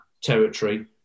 territory